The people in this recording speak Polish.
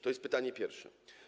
To jest pytanie pierwsze.